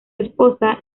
esposa